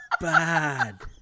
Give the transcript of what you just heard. bad